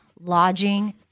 lodging